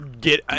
get